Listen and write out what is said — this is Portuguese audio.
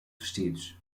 vestidos